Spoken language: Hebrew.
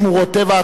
שמורות טבע,